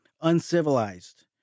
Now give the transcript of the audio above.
uncivilized